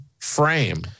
frame